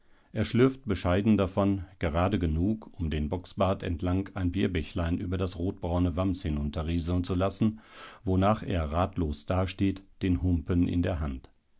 er schlürft bescheiden davon gerade genug um den bocksbart entlang ein bierbächlein über das rotbraune wams hinunterrieseln zu lassen wonach er ratlos dasteht den humpen in der hand